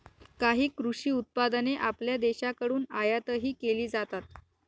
काही कृषी उत्पादने आपल्या देशाकडून आयातही केली जातात